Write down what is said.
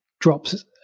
drops